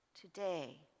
Today